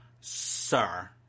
sir